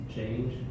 Change